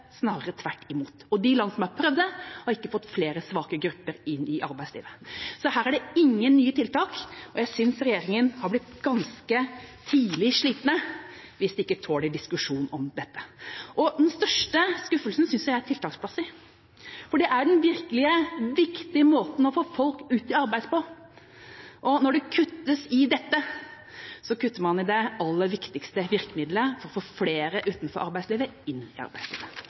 snarere tvert imot, og de land som har prøvd det, har ikke fått flere svake grupper inn i arbeidslivet. Så her er det ingen nye tiltak, og jeg synes regjeringa har blitt ganske tidlig slitne hvis de ikke tåler diskusjon om dette. Den største skuffelsen synes jeg er tiltaksplasser, for det er den virkelig viktige måten å få folk ut i arbeid på, og når det kuttes i dette, kutter man i det aller viktigste virkemidlet for å få flere utenfor arbeidslivet, inn i arbeidslivet.